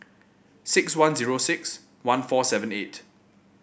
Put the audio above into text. six one zero six one four seven eight